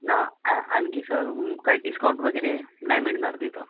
ना ॲ आणखी सर काही डिस्काउंट वगैरे नाही मिळणार तिथं